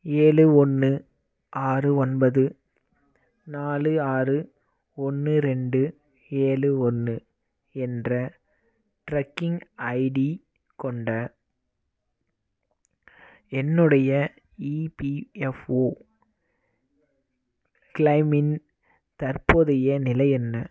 ஏழு ஒன்று ஆறு ஒன்பது நாலு ஆறு ஒன்று ரெண்டு ஏழு ஒன்று என்ற ட்ரெக்கிங் ஐடி கொண்ட என்னுடைய இபிஎஃப்ஓ க்ளைமின் தற்போதைய நிலை என்ன